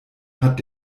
hat